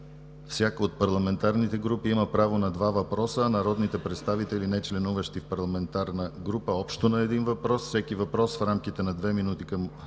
„Всяка от парламентарните групи има право на 2 въпроса, а народните представители, нечленуващи в парламентарна група – общо на един въпрос, всеки въпрос в рамките на 2 минути към